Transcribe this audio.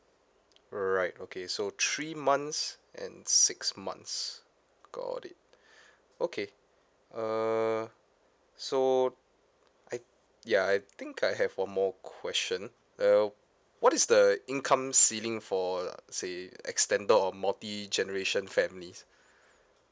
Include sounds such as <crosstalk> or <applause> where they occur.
alright okay so three months and six months got it <breath> okay uh so I yeah I think I have one more question uh what is the income ceiling for say extended or multigeneration families